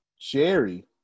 Jerry